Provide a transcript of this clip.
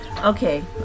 okay